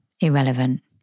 irrelevant